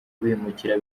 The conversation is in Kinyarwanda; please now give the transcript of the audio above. bimukira